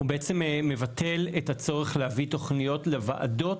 הוא בעצם מבטל את הצורך להביא תוכניות לוועדות,